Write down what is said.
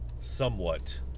somewhat